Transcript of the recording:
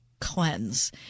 cleanse